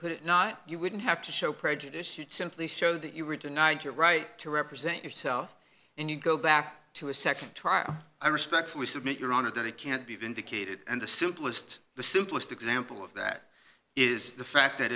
could it not you wouldn't have to show prejudicial simply showed that you were denied your right to represent yourself and you go back to a nd trial i respectfully submit your honor that it can't be vindicated and the simplest the simplest example of that is the fact that